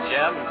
Jim